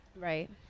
right